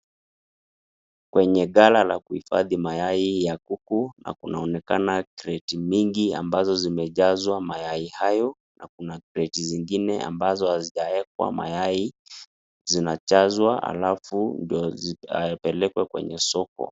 Kwenye gala la kuhifadhi mayai ya kuku, kunaoneka [crate] mingi ambazo zimejazwa mayai hayo na kuna [crate] zingine ambazo hazijawekwa mayai zinajazwa alafu ndo zipelekwe kwenye soko